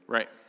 Right